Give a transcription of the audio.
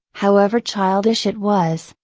however childish it was,